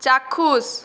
চাক্ষুষ